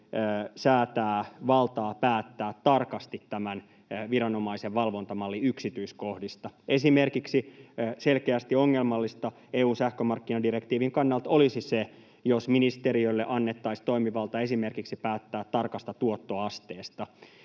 säätää valtaa päättää tarkasti tämän viranomaisen valvontamallin yksityiskohdista. Esimerkiksi selkeästi ongelmallista EU:n sähkömarkkinadirektiivin kannalta olisi se, jos ministeriölle annettaisiin toimivalta esimerkiksi päättää tarkasta tuottoasteesta.